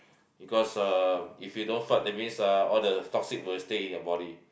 because uh if you don't fart that means uh all the toxic will stay in your body